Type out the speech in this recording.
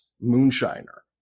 moonshiner